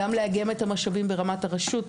גם לאגם את המשאבים ברמת הרשות,